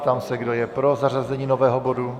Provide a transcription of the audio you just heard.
Ptám se, kdo je pro zařazení nového bodu.